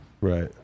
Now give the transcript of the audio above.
Right